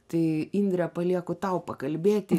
tai indrė palieku tau pakalbėti